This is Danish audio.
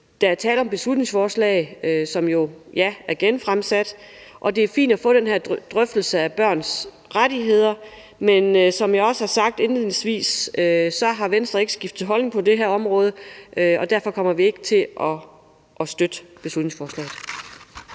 Der er tale om et beslutningsforslag, som jo er genfremsat, og alt i alt mener jeg, at det er fint at få den her drøftelse af børns rettigheder. Men som jeg også har sagt indledningsvis, har Venstre ikke skiftet holdning på det her område, og derfor kommer vi ikke til at støtte beslutningsforslaget.